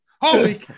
Holy